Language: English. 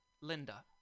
Linda